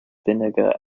vinegar